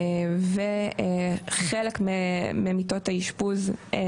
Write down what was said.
וחלק ממיטות האשפוז שבהם